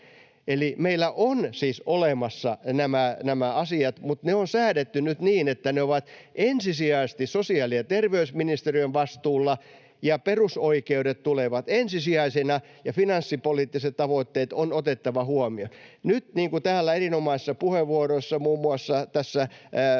Eli meillä on siis olemassa nämä asiat, mutta ne on säädetty nyt niin, että ne ovat ensisijaisesti sosiaali- ja terveysministeriön vastuulla ja perusoikeudet tulevat ensisijaisina ja finanssipoliittiset tavoitteet on otettava huomioon. Nyt, niin kuin täällä erinomaisissa puheenvuoroissa — muun muassa tässä ensimmäisessä